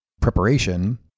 preparation